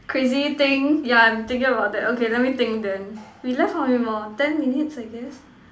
crazy thing yeah I'm thinking about that okay let me think then we left how many more ten minutes I guess